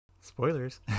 Spoilers